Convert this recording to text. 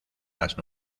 las